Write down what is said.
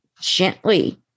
gently